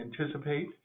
anticipate